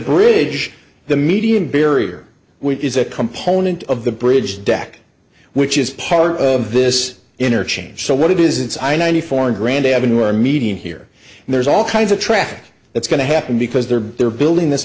bridge the median barrier which is a component of the bridge deck which is part of this interchange so what it is it's i ninety four and grand avenue are meeting here and there's all kinds of traffic that's going to happen because they're building this